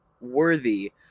worthy